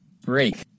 Break